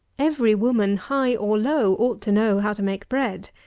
every woman, high or low, ought to know how to make bread.